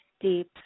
deep